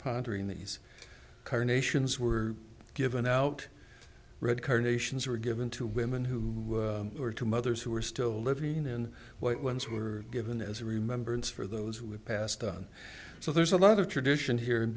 pondering these carnations were given out red carnations were given to women who were to mothers who were still living in white ones were given as a remembrance for those who have passed on so there's a lot of tradition here and